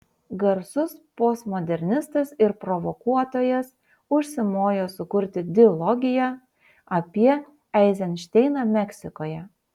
garsus postmodernistas ir provokuotojas užsimojo sukurti dilogiją apie eizenšteiną meksikoje